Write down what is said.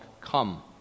Come